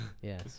Yes